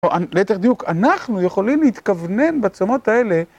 או ליתר דיוק, אנחנו יכולים להתכוונן בצומות האלה